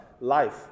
life